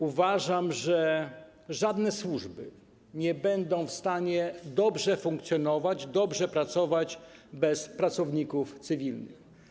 Uważam, że żadne służby nie będą w stanie dobrze funkcjonować, dobrze pracować bez pracowników cywilnych.